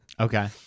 Okay